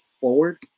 forward